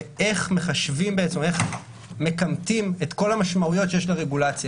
ואיך מכמתים את כל המשמעויות שיש לרגולציה,